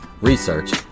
research